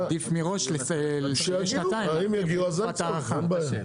עדיף מראש שנתיים --- תקופת הארכה.